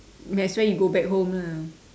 might as well you go back home lah